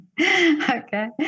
Okay